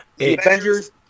Avengers